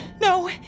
No